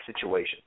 situation